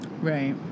Right